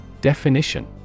Definition